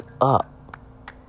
up